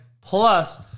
plus